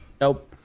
nope